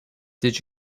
did